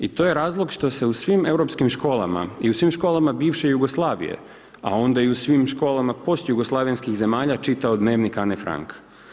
I to je razlog što se u svim europskim školama i u svim školama bivše Jugoslavije, a onda i u svim školama postjugoslavenskih zemalja čita o Dnevnik Ane Frank.